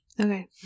Okay